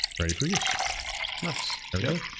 ready for use nice there we go